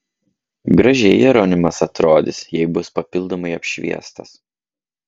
gražiai jeronimas atrodys jei bus papildomai apšviestas